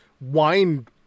wine